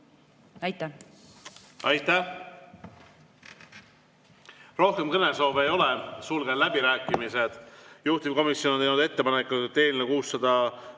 Aitäh! Rohkem kõnesoove ei ole. Sulgen läbirääkimised. Juhtivkomisjon on teinud ettepaneku eelnõu 605